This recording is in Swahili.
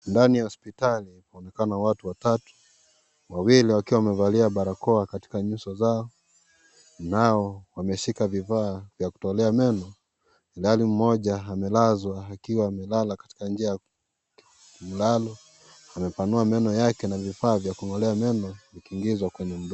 Ndani ya hospitali kunaonekana watu watatu, wawili wakiwa wamevalia barakoa katika nyuso zao, nao wameshika vifaa vaya kutolea meno, ilhali mmoja amelazwa akia amelala katika njia ya mlalo, amepanua meno yake na vifaa vya kung'olea meno vikiingizwa kwenye mdomo.